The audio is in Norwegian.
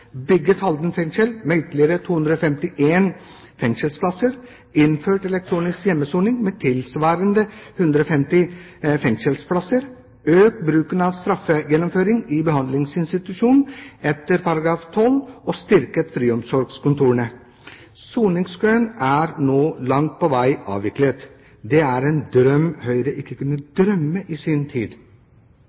bygget Halden fengsel med ytterligere 251 fengselsplasser, vi har innført elektronisk hjemmesoning, noe som tilsvarer 150 fengselsplasser, vi har økt bruken av straffegjennomføring i behandlingsinstitusjon etter § 12, og vi har styrket friomsorgskontorene. Soningskøene er nå langt på vei avviklet. Det er noe Høyre ikke kunne drømme om i sin tid.